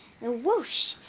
Whoosh